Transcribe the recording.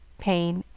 pain,